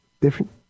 different